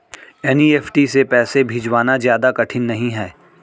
NEFT से पैसे भिजवाना ज्यादा कठिन नहीं है